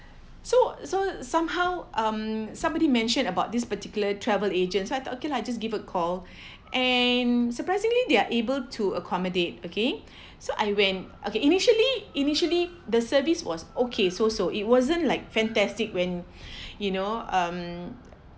so so somehow um somebody mention about this particular travel agents so I thought okay lah just give a call and surprisingly they're able to accommodate okay so I when okay initially initially the service was okay so so it wasn't like fantastic when you know um